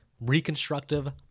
Reconstructive